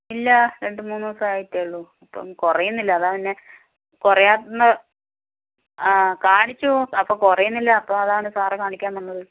ഇല്ല രണ്ടുമൂന്നു ദിവസമായിട്ടേ ഉള്ളൂ ഇപ്പം കുറയുന്നില്ല അതാ പിന്നെ കുറയുമെന്നു ആഹ് കാണിച്ചു അപ്പോൾ കുറയുന്നില്ല അപ്പോൾ അതാണ് സാറെ കാണിക്കാമെന്നുള്ളത്